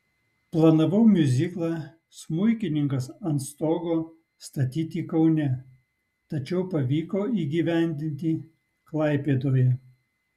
planavau miuziklą smuikininkas ant stogo statyti kaune tačiau pavyko įgyvendinti klaipėdoje